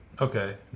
Okay